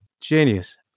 genius